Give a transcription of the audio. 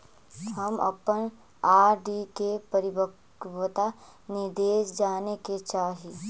हम अपन आर.डी के परिपक्वता निर्देश जाने के चाह ही